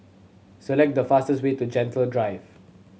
select the fastest way to Gentle Drive